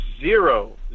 zero